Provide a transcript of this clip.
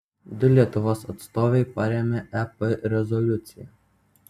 du lietuvos atstovai parėmė ep rezoliuciją